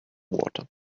water